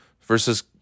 versus